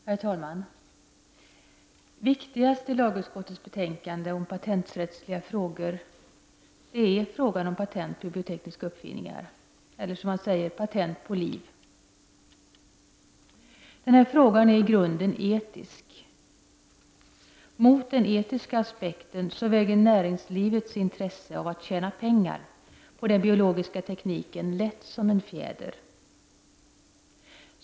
Herr talman! Viktigast i lagutskottets betänkande om patenträttsliga frågor är frågan om patent på biotekniska uppfinningar — eller, som man ofta säger, patent på liv. Den här frågan är i grunden etisk. Mot den etiska aspekten väger näringslivets intresse av att tjäna pengar på den biologiska tekniken lätt som en fjäder.